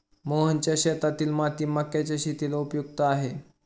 मोहनच्या शेतातील माती मक्याच्या शेतीला उपयुक्त आहे